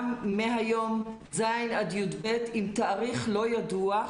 מהיום ז' עד י"ב עם תאריך לא ידוע.